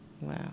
Wow